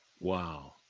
Wow